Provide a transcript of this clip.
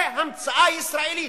זה המצאה ישראלית,